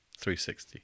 360